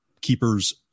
keepers